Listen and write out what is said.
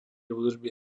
údržby